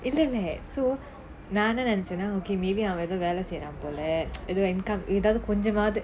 internet so நான் என்ன நெனைச்சனா:naan enna nenaichanaa maybe அவன் எதோ வேல செய்றான் போல எதோ:avan etho vela seiraanpola etho income ஏதோ கொஞ்சமாசி:etho konjamaachi